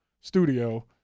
studio